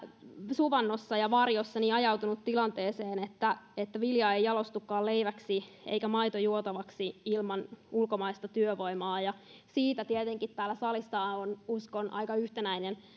suvannossa ja varjossa ajautunut tilanteeseen että että vilja ei jalostukaan leiväksi eikä maito juotavaksi ilman ulkomaista työvoimaa ja siitä tietenkin täällä salissa on uskon aika yhtenäinen